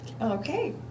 Okay